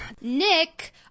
Nick